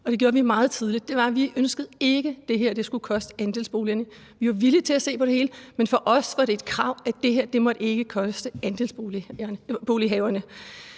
det gjorde vi meget tidligt, er det, at vi ikke ønskede, at det her skulle koste noget for andelsbolighaverne. Vi var villige til at se på det hele, men for os var det et krav, at det her ikke måtte koste for andelsbolighaverne.